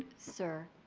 sir,